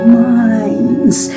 minds